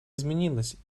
изменилась